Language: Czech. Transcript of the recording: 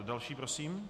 Další prosím.